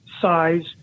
size